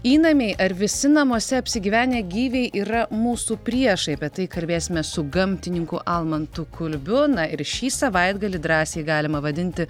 įnamiai ar visi namuose apsigyvenę gyviai yra mūsų priešai apie tai kalbėsime su gamtininku almantu kulbiu na ir šį savaitgalį drąsiai galima vadinti